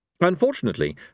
Unfortunately